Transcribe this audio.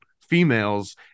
females